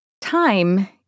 Time